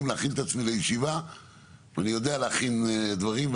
להכין את עצמי לישיבה ואני יודע להכין דברים,